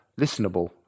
Listenable